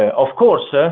of course, ah